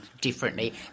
differently